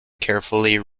carefully